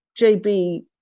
JB